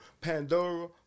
Pandora